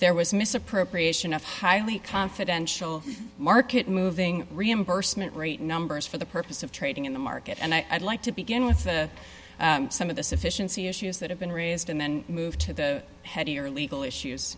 there was misappropriation of highly confidential market moving reimbursement rate numbers for the purpose of trading in the market and i'd like to begin with the some of the sufficiency issues that have been raised and then move to the heavier legal issues